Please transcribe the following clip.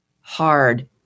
hard